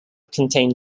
contained